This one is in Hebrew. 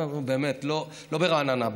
לא ברעננה,